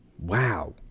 Wow